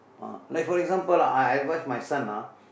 ah like for example lah I I advise my son ah